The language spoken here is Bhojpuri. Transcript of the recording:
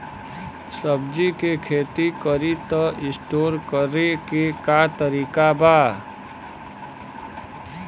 सब्जी के खेती करी त स्टोर करे के का तरीका बा?